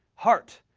heart!